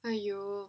!aiyo!